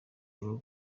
aron